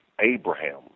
Abraham